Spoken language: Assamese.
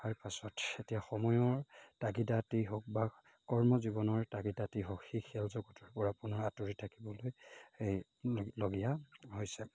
তাৰ পাছত এতিয়া সময়ৰ তাগিদাতেই হওক বা কৰ্মজীৱনৰ তাগিদাতেই হওক সেই খেল জগতৰপৰা পুনৰ আঁতৰি থাকিবলৈ লগীয়া হৈছে